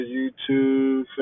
YouTube